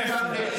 הכנסת עטאונה.